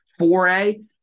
4A